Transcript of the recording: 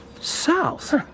South